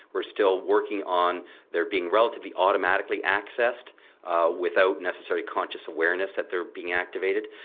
we're still working on their being relatively automatically accessed without necessarily conscious awareness that they're being activated.